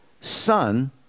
son